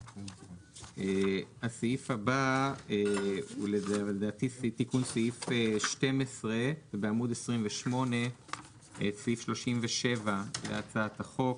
הסעיף הבא הוא לדעתי תיקון סעיף 12 בעמוד 28 את סעיף 37 להצעת החוק.